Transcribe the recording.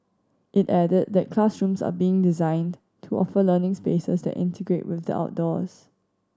it added that classrooms are being designed to offer learning spaces that integrate with the outdoors